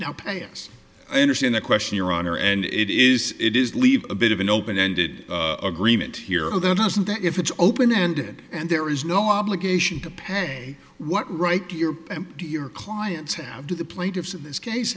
now pay us i understand the question your honor and it is it is leave a bit of an open ended agreement here that doesn't that if it's open ended and there is no obligation to pay what right do your emptier clients have to the plaintiffs in this